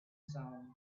sound